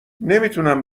نمیتونم